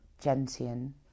Gentian